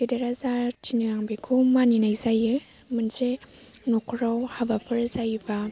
गेदेरा जा थिनो आं बेखौ मानिनाय जायो मोनसे न'खराव हाबाफोर जायोबा